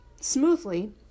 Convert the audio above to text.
smoothly